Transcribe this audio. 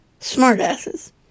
Smartasses